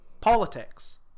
politics